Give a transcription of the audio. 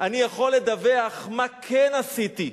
אני יכול לדווח מה כן עשיתי.